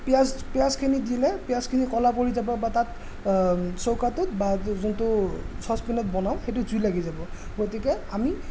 পিয়াঁজ পিয়াঁজখিনি দিলে পিয়াঁজখিনি ক'লা পৰি যাব বা তাত চৌকাটোত বা যোনটো চছপেনত বনাওঁ সেইটোত জুই লাগি যাব গতিকে আমি